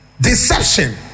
Deception